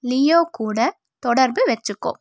Leo கூட தொடர்பு வச்சுக்கோ